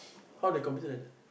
how they competetion like that